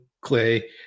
Clay